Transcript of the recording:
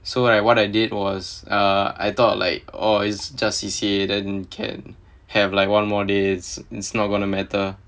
so I what I did was err I thought like orh it's just C_C_A then can have like one more day it's it's not gonna matter